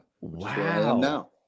Wow